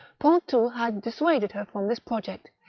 ponton had dissuaded her from this project,